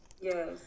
Yes